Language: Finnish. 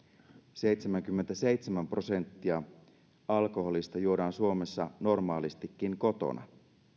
seitsemänkymmentäseitsemän prosenttia alkoholista juodaan suomessa normaalistikin kotona